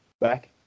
back